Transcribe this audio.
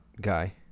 guy